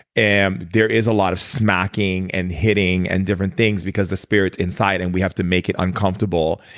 and there is a lot of smacking and hitting, and different things because the spirits inside and we have to make it uncomfortable.